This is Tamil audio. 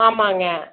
ஆமாம்ங்க